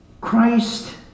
Christ